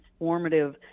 transformative